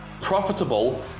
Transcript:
profitable